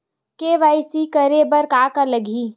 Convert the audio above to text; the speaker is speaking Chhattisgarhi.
के.वाई.सी करे बर का का लगही?